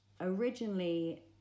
originally